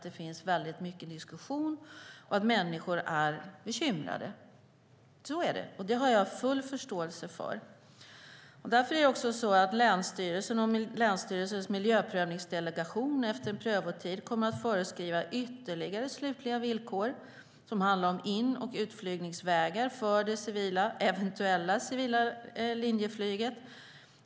Det har jag full förståelse för. Därför är det också så att länsstyrelsen och dess miljöprövningsdelegation efter en prövotid kommer att föreskriva ytterligare slutliga villkor som handlar om in och utflygningsvägar för det eventuella civila linjeflyget.